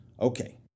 Okay